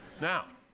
now,